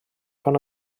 pan